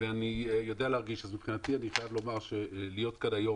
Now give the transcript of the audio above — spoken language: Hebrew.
מבחינתי להיות כאן,